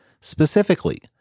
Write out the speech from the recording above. Specifically